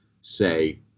say